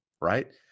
right